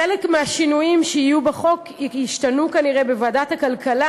חלק מהשינויים שיהיו בחוק ישתנו כנראה בוועדת הכלכלה,